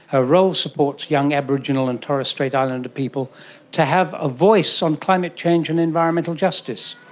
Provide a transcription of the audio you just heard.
her role supports young aboriginal and torres strait islander people to have a voice on climate change and environmental justice.